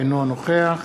אינו נוכח